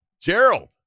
Gerald